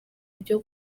byo